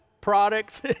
products